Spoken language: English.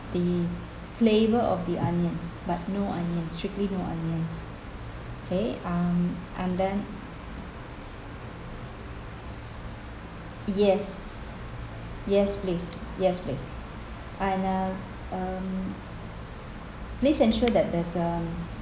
the flavour of the onions but no onions strictly no onions okay um and then yes yes please yes please and um please ensure that there's um